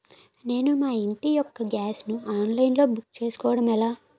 నేను మా ఇంటి యెక్క గ్యాస్ ను ఆన్లైన్ లో బుక్ చేసుకోవడం ఎలా?